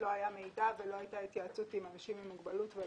הצעת צו שוויון זכויות לאנשים עם מוגבלויות.